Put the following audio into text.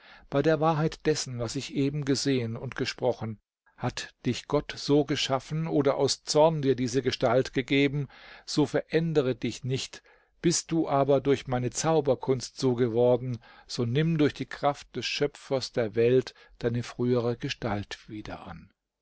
bei der wahrheit dessen was ich eben gesehen und gesprochen hat dich gott so geschaffen oder aus zorn dir diese gestalt gegeben so verändere dich nicht bist du aber durch meine zauberkunst so geworden so nimm durch die kraft des schöpfers der welt deine frühere gestalt wieder an